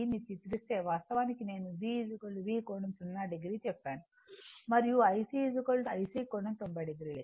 ని చిత్రిస్తే వాస్తవానికి నేను V V కోణం 0 o చెప్పాను మరియు IC IC కోణం 90 o